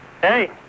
Hey